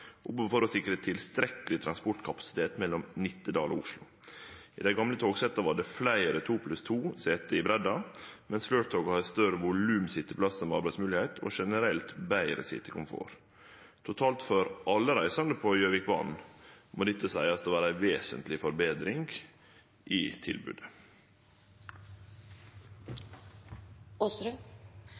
og behovet for å sikre tilstrekkeleg transportkapasitet mellom Nittedal og Oslo. I dei gamle togsetta var det fleire to-pluss-to-sete i breidda, mens Flirt-toget har eit større volum sitjeplassar med arbeidsmogelegheit og generelt betre sitjekomfort. Totalt for alle reisande på Gjøvikbanen må dette seiast å vere ei vesentleg forbetring i